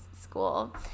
school